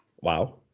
Wow